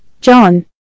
John